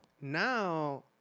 now